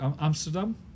Amsterdam